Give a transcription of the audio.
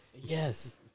yes